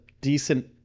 decent